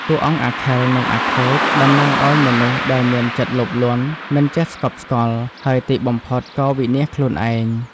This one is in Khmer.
តួអង្គអាខិល និងអាខូច តំណាងឲ្យមនុស្សដែលមានចិត្តលោភលន់ មិនចេះស្កប់ស្កល់ ហើយទីបំផុតក៏វិនាសខ្លួនឯង។